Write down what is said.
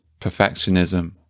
perfectionism